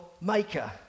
maker